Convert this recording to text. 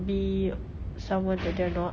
be someone that they're not